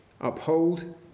uphold